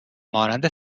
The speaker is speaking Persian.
مانند